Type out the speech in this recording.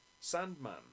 Sandman